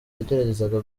yageragezaga